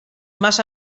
mas